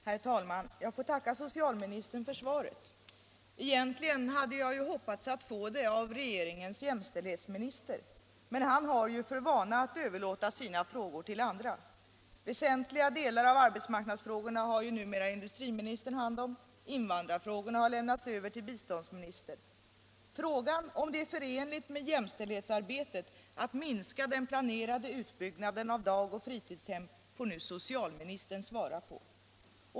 Herr talman! Jag får tacka socialministern för svaret. Egentligen hade jag ju hoppats få det av regeringens jämställdhetsminister, men han har visst för vana att överlåta sina frågor till andra. Väsentliga delar av arbetsmarknadsfrågorna har ju numera industriministern hand om, och invandrarfrågorna har lämnats över till biståndsministern. Frågan, om det är förenligt med jämställdhetsarbetet att minska den planerade utbyggnaden av dag och fritidshem, får nu socialministern svara på.